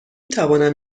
توانم